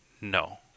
No